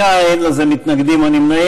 בעד, 26, אין לזה מתנגדים או נמנעים.